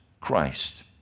Christ